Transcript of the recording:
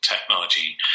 technology